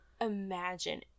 imagine